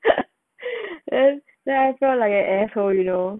then then I feel like I an A hole you know